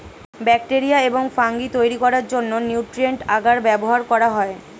bacteria এবং fungi তৈরি করার জন্য নিউট্রিয়েন্ট আগার ব্যবহার করা হয়